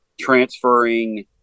transferring